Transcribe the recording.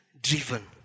driven